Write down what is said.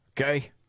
Okay